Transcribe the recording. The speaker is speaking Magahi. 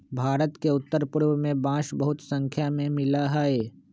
भारत के उत्तर पूर्व में बांस बहुत स्नाख्या में मिला हई